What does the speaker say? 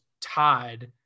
tied